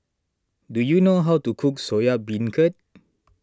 do you know how to cook Soya Beancurd